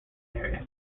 area